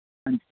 ਹਾਂ